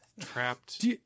trapped